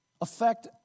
affect